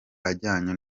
ajyanye